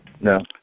No